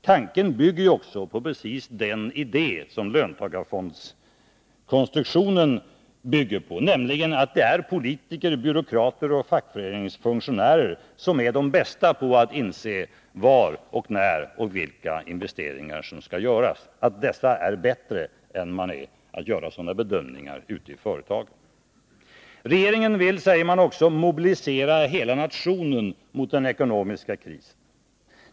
Tanken bygger ju också på precis samma idé som den som ligger till grund för löntagarfondskonstruktionen, nämligen att politiker, byråkrater och fackföreningsfunktionärer har bättre insikter om vilka investeringar som bör göras och var och när de bör göras än man har inom företagen. Regeringen vill mobilisera hela nationen mot den ekonomiska krisen, säger man också i propositionen.